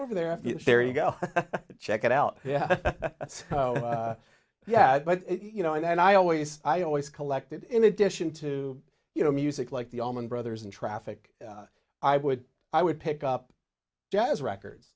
over there there you go check it out yeah yeah but you know i mean i always i always collected in addition to you know music like the allman brothers and traffic i would i would pick up jazz records